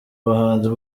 buhanzi